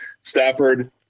Stafford